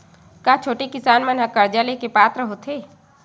का छोटे किसान मन हा कर्जा ले के पात्र होथे?